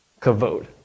kavod